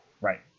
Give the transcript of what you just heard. Right